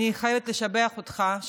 אני חייבת לשבח אותך.